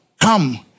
Come